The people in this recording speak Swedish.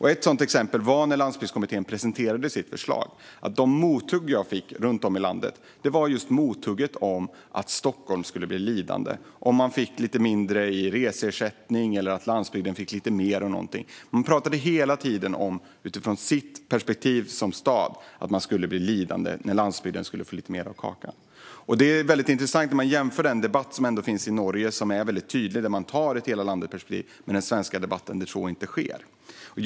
Ett sådant exempel var när Landsbygdskommittén presenterade sitt förslag. De mothugg jag fick runt om i landet gällde att Stockholm skulle bli lidande om man fick lite mindre i reseersättning eller om landsbygden fick lite mer av någonting och vidare att man utifrån ett stadsperspektiv skulle lida när landsbygden fick lite mer av kakan. Det är intressant att jämföra med debatten i Norge. Där finns ett tydligt hela-landet-perspektiv, men det finns inte i den svenska debatten.